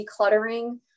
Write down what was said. decluttering